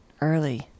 early